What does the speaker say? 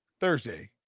Thursday